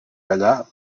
callar